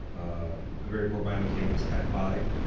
ah very poor biomechanics, kyphotic,